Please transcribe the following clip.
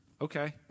Okay